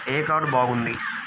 ఏ card బాగుంది?